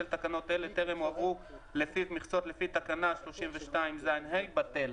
תקנות אלה טרם הועברו לפיו מכסות לפי תקנה 32ז(ה) - בטל.